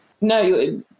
no